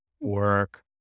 work